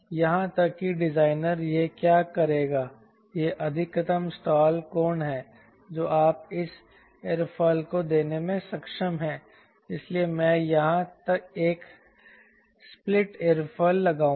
यहां तक कि डिजाइनर यह क्या करेगा यह अधिकतम स्टॉल कोण है जो आप इस एयरोफिल को देने में सक्षम हैं इसलिए मैं यहां एक स्प्लिट एयरोफिल लगाऊंगा